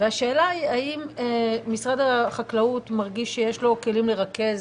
והשאלה היא האם משרד החקלאות מרגיש שיש לו כלים לרכז,